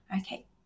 Okay